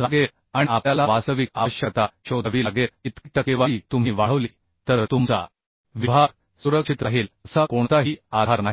लागेल आणि आपल्याला वास्तविक आवश्यकता शोधावी लागेल इतकी टक्केवारी तुम्ही वाढवली तर तुमचा विभाग सुरक्षित राहील असा कोणताही आधार नाही